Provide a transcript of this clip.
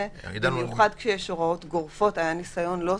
במיוחד כשיש הוראות גורפות כאלה.